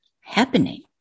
happening